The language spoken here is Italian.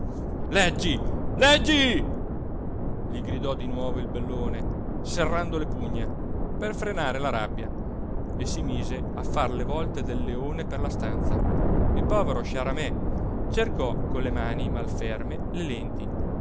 leggi leggi gli gridò di nuovo il bellone serrando le pugna per frenare la rabbia e si mise a far le volte del leone per la stanza il povero sciaramè cercò con le mani mal ferme le lenti